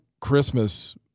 Christmas